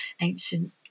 ancient